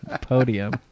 podium